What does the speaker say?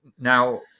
now